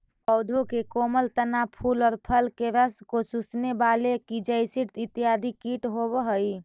पौधों के कोमल तना, फूल और फल के रस को चूसने वाले की जैसिड इत्यादि कीट होवअ हई